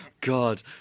God